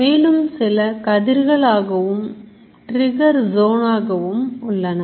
மேலும் சில கதிர்கள் ஆகவும் trigger zone ஆகவும் உள்ளன